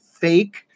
fake